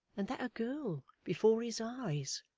and that a girl, before his eyes